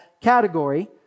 category